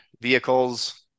vehicles